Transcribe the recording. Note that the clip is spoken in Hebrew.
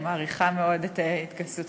אני מעריכה מאוד את התגייסותכם.